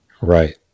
Right